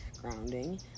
grounding